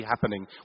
happening